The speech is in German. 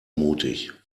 mutig